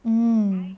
mm